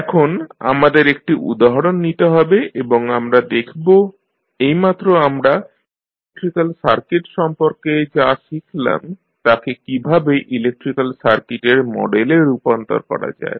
এখন আমাদের একটি উদাহরণ নিতে হবে এবং আমরা দেখব এইমাত্র আমরা ইলেক্ট্রিক্যাল সার্কিট সম্পর্কে যা শিখলাম তাকে কীভাবে ইলেক্ট্রিক্যাল সার্কিটের মডেলে রূপান্তর করা যায়